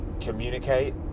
communicate